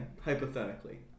hypothetically